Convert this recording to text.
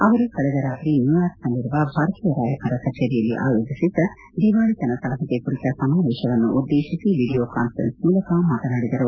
ಅವರು ಕಳೆದ ರಾತ್ರಿ ನ್ನೂಯಾರ್ಕ್ನಲ್ಲಿನ ಭಾರತೀಯ ರಾಯಭಾರ ಕಚೇರಿಯಲ್ಲಿ ಆಯೋಜಿಸಿದ್ದ ದಿವಾಳಿತನ ಸಂಹಿತ್ ಕುರಿತ ಸಮಾವೇಶವವನ್ನು ಉದ್ದೇಶಿಸಿ ವಿಡಿಯೋ ಕಾನ್ವರೆನ್ಸ್ ಮೂಲಕ ಮಾತನಾಡಿದರು